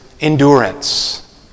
endurance